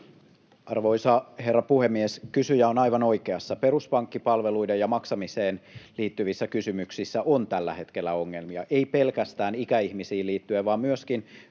Arvoisa herra puhemies! Kysyjä on aivan oikeassa. Peruspankkipalveluihin ja maksamiseen liittyvissä kysymyksissä on tällä hetkellä ongelmia, ei pelkästään ikäihmisiin liittyen vaan myöskin